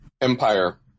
empire